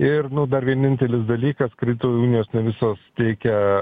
ir nu dar vienintelis dalykas kredito unijos ne visos teikia